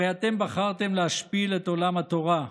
הרי אתם בחרתם להשפיל את עולם התורה,